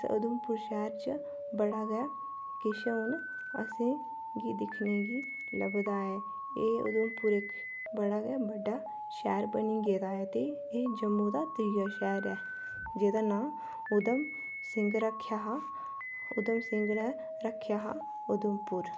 इस उधमपुर शैह्र च बड़ा गै किश हून असें ई दिक्खने गी लभदा ऐ एह् उधमपुर इक बड़ा गै बड्डा शैह्र बनी गेदा ऐ ते एह् जम्मू दा त्रीया शैह्र ऐ जेह्दा नांऽ उधम सिंह रक्खेआ हा उधम सिंह ने रक्खेआ हा उधमपुर